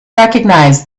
recognize